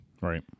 Right